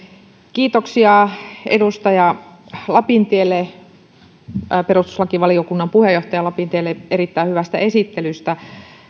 kiitoksia edustaja perustuslakivaliokunnan puheenjohtaja lapintielle erittäin hyvästä esittelystä